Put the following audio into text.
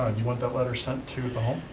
you want that letter sent to the home.